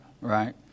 Right